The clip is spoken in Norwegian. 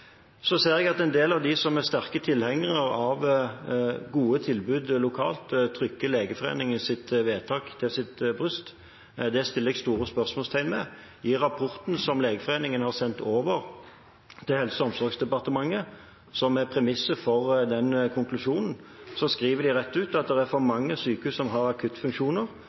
ser at en del av dem som er sterke tilhengere av gode tilbud lokalt, trykker Legeforeningens vedtak til sitt bryst. Det setter jeg store spørsmålstegn ved. I rapporten som Legeforeningen har sendt over til Helse- og omsorgsdepartementet, og som er premisset for den konklusjonen, skriver de rett ut at det er for mange sykehus som har akuttfunksjoner,